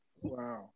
Wow